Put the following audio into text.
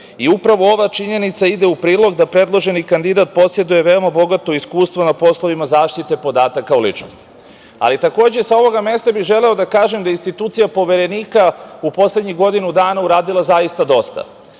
godine. Ova činjenica ide u prilog da predloženi kandidat poseduje veoma bogato iskustvo na poslovima zaštite podataka o ličnosti, ali takođe sa ovoga mesta bih želeo da kažem da institucija Poverenika u poslednjih godinu dana je uradila zaista dosta